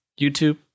youtube